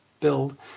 build